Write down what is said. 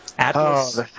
Atlas